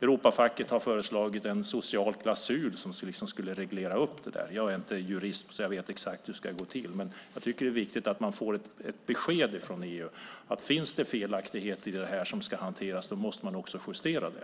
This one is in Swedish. Europafacket har föreslagit en social klausul som skulle reglera frågan. Jag är inte jurist så jag vet inte hur exakt det skulle gå till, men det är viktigt att vi får ett besked från EU. Om det finns felaktigheter måste man justera dem.